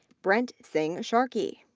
brent singh sharkey,